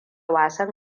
wasan